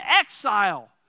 exile